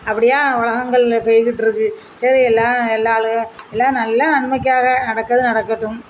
அப்படியா உலகங்கள் போயிக்கிட்டுருக்கு சரி எல்லாம் எல்லாம் ஆளுக எல்லாம் நல்லா நன்மைக்காக நடக்கிறது நடக்கட்டும்